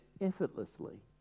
effortlessly